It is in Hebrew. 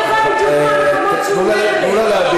הרקע בא בדיוק מהמקומות שהוא אומר עליהם,